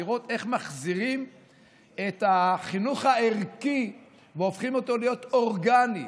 לראות איך מחזירים את החינוך הערכי והופכים אותו להיות אורגני,